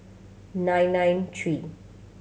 nine nine three